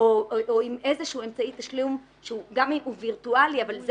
או עם איזשהו אמצעי תשלום שהוא וירטואלי אבל זה